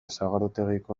sagardotegiko